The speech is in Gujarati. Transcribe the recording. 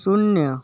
શૂન્ય